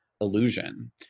illusion